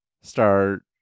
start